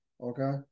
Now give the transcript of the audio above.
okay